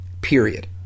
period